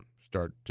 start—